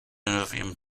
neuvième